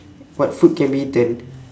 what food can be eaten